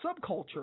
subculture